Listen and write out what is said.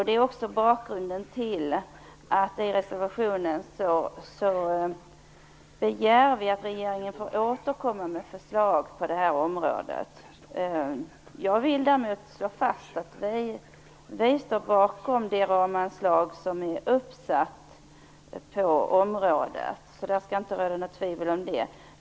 Det är också bakgrunden till att vi i reservationen begär att regeringen får återkomma med förslag på detta område. Jag vill däremot slå fast att vi står bakom det ramanslag som är uppsatt på området. Det skall därför inte råda något tvivel om det.